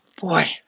boy